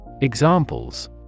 Examples